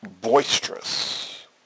boisterous